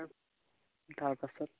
তাৰ পাছত